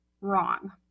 wrong